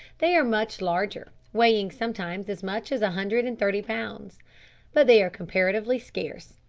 they are much larger, weighing sometimes as much as a hundred and thirty pounds but they are comparatively scarce,